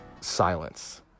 silence